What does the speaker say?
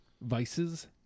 Vices